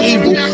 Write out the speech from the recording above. Evil